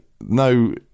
no